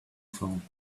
phone